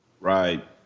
Right